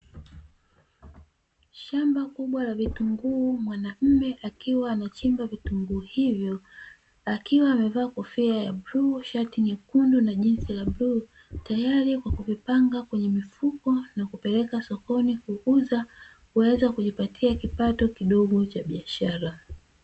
Shamba kubwa la vitunguu, mwanaume akiwa amechimba vitunguu hivyo akiwa amevaa kofia ya bluu, shati nyekundu na jinsi la bluu tayari kwa kuvipanga kwenye mifuko na kupeleka sokoni kuuza na kuweza kujipatia kidogo cha biashara